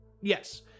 Yes